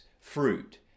fruit